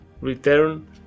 return